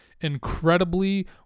incredibly